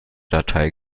datei